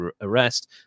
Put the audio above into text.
arrest